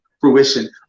fruition